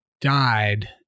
died